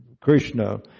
Krishna